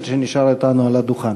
ועדת הכנסת,